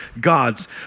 gods